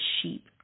sheep